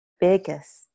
biggest